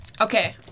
Okay